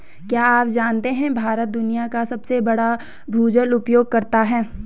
क्या आप जानते है भारत दुनिया का सबसे बड़ा भूजल उपयोगकर्ता है?